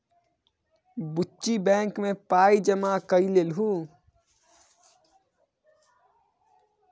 बुच्ची बैंक मे पाय जमा कए देलहुँ